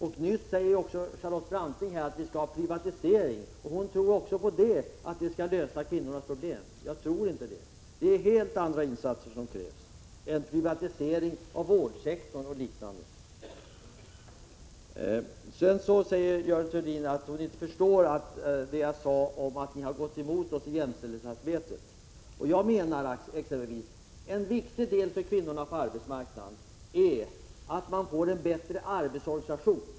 Också Charlotte Branting sade nyss att hon ville ha en privatisering. Hon tror att en sådan skulle kunna lösa kvinnornas problem. Jag tror inte det. Det är helt andra insatser än privatisering av vårdsektorn och liknande som krävs. Görel Thurdin påstod vidare att hon inte förstår det som jag sade om att centern har gått emot oss i jämställdhetsarbetet. Jag menar exempelvis att en viktig del för kvinnorna på arbetsmarknaden är att man får en bättre arbetsorganisation.